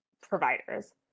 providers